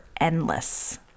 endless